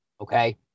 okay